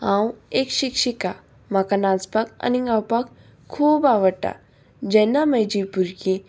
हांव एक शिक्षिका म्हाका नाचपाक आनी गावपाक खूब आवडटा जेन्ना म्हजी भुरगीं